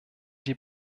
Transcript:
die